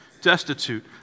destitute